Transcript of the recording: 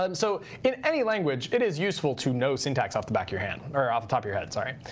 um so in any language, it is useful to know syntax off the back of your hand. or off the top of your head. sorry.